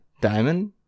Diamond